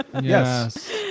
Yes